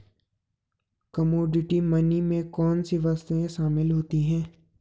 Commodity money में कौन सी वस्तुएं शामिल होती हैं?